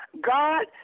God